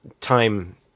time